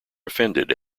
offended